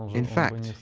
in fact,